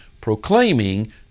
proclaiming